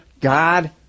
God